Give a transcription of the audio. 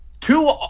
two